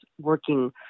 working